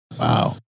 Wow